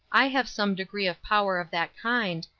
i have some degree of power of that kind,